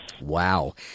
Wow